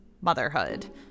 motherhood